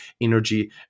energy